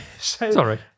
Sorry